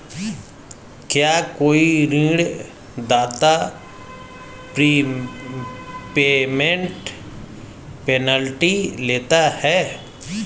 क्या कोई ऋणदाता प्रीपेमेंट पेनल्टी लेता है?